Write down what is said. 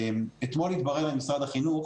אתמול התברר למשרד החינוך